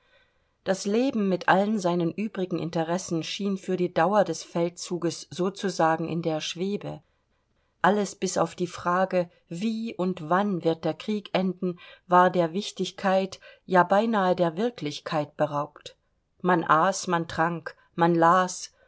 das leben mit allen seinen übrigen interessen schien für die dauer des feldzuges sozusagen in der schwebe alles bis auf die frage wie und wann wird der krieg enden war der wichtigkeit ja beinahe der wirklichkeit beraubt man aß man trank man las